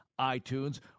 iTunes